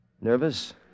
Nervous